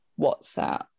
WhatsApp